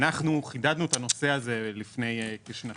אנו חידדנו את הנושא הזה לפני כשנתיים,